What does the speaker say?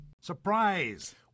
Surprise